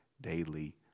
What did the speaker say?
daily